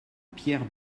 pierre